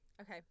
Okay